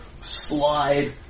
slide